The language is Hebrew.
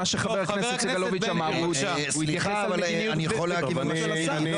חבר הכנסת סגלוביץ' התייחס למדיניות של השר.